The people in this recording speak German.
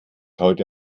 heute